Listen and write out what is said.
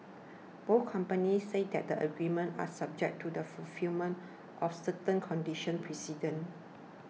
both companies said that the agreements are subject to the fulfilment of certain conditions precedent